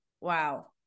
Wow